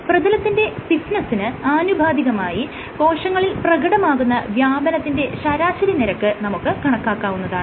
പ്രതലത്തിന്റെ സ്റ്റിഫ്നെസ്സിന് ആനുപാതികമായി കോശങ്ങളിൽ പ്രകടമാകുന്ന വ്യാപനത്തിന്റെ ശരാശരി നിരക്ക് നമുക്ക് കണക്കാക്കാവുന്നതാണ്